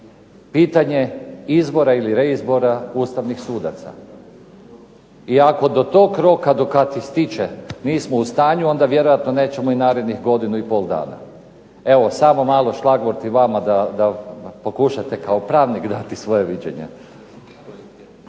pitanje izbora ili reizbora ustavnih sudaca. I ako tog roka do kada ističe nismo u stanju onda vjerojatno nećemo i narednih godinu i pol dana. Evo, samo malo šlagvort da pokušate kao pravnik gledati svoje viđenje.